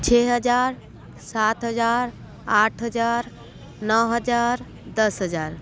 छ हज़ार सात हज़ार आठ हज़ार नौ हज़ार दस हज़ार